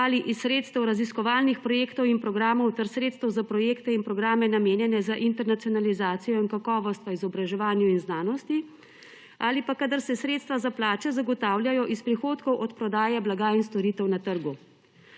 ali iz sredstev raziskovalnih projektov in programov ter sredstev za projekte in programe, namenjene za internacionalizacijo in kakovost v izobraževanju in znanosti, ali pa kadar se sredstva za plače zagotavljajo iz prihodkov od prodaje blaga in storitev na trgu.